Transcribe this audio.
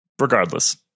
regardless